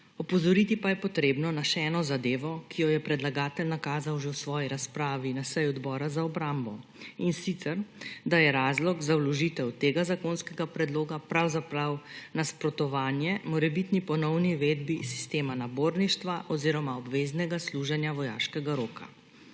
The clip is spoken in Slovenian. Opozoriti pa je potrebno na še eno zadevo, ki jo je predlagatelj nakazal že v svoji razpravi na seji Odbora za obrambo, in sicer da je razlog za vložitev tega zakonskega predloga pravzaprav nasprotovanje morebitni ponovni uvedbi sistema naborništva oziroma obveznega služenja vojaškega roka.